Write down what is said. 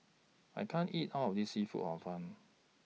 I can't eat All of This Seafood Hor Fun